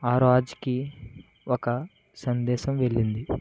ఆ రాజుకి ఒక సందేశం వెళ్ళింది